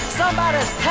somebody's